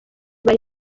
bari